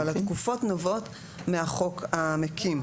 אבל התקופות נובעות מהחוק המקים.